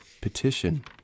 petition